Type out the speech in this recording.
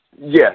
Yes